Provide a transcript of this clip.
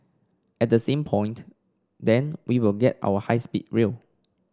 at the same point then we will get our high speed rail